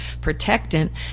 protectant